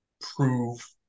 prove